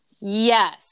Yes